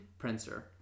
Princer